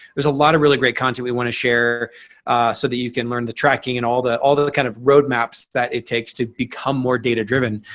there's a lot of really great content we want to share so that you can learn the tracking and all the all the kind of roadmaps that it takes to become more data driven.